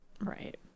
Right